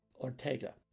Ortega